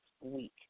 week